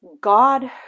god